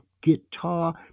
guitar